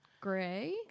Gray